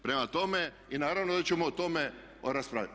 Prema tome i naravno da ćemo o tome raspravljati.